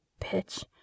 Bitch